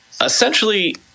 Essentially